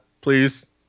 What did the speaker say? please